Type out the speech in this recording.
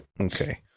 Okay